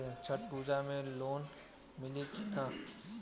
छठ पूजा मे लोन मिली की ना?